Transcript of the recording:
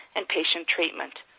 and patient treatment.